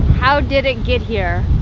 how did it get here?